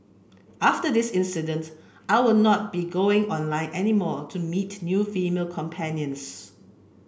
after this incident I will not be going online any more to meet new female companions